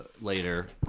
later